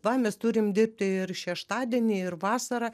va mes turim dirbti ir šeštadienį ir vasarą